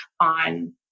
on